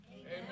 Amen